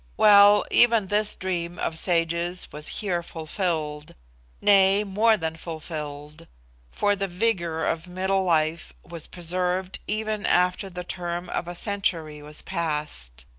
well, even this dream of sages was here fulfilled nay, more than fulfilled for the vigour of middle life was preserved even after the term of a century was passed.